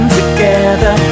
together